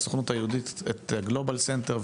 לסוכנות היהודית את גלובאל סנטר,